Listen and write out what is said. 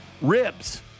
ribs